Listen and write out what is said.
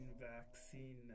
vaccine